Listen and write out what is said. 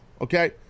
okay